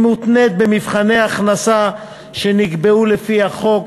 והיא מותנית במבחני הכנסה שנקבעו לפי החוק.